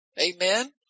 Amen